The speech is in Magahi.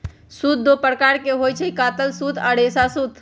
सूत दो प्रकार के होई छई, कातल सूत आ रेशा सूत